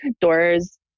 doors